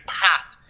path